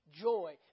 joy